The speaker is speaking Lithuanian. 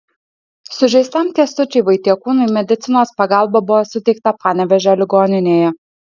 sužeistam kęstučiui vaitiekūnui medicinos pagalba buvo suteikta panevėžio ligoninėje